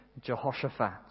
Jehoshaphat